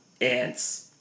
ants